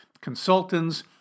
consultants